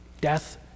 Death